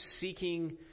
seeking